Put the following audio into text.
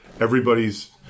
everybody's